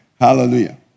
Hallelujah